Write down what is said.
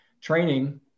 training